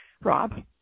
Rob